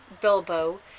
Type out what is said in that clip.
Bilbo